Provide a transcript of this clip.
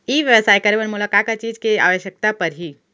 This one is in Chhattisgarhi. ई व्यवसाय करे बर मोला का का चीज के आवश्यकता परही?